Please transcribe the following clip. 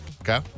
Okay